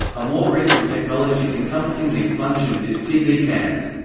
a more recent technology encompassing these functions is tv cams.